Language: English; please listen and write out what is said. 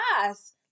class